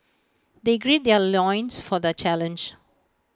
they gird their loins for the challenge